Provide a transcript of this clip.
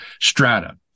strata